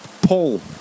pull